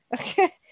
Okay